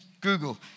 Google